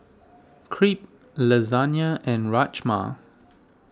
Crepe Lasagna and Rajma